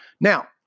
Now